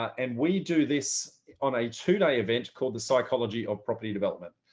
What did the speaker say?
and we do this on a two day event called the psychology of property development.